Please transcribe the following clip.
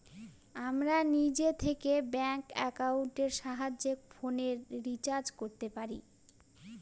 আমরা নিজে থেকে ব্যাঙ্ক একাউন্টের সাহায্যে ফোনের রিচার্জ করতে পারি